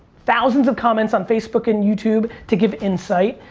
thousands of comments on facebook and youtube to give insight,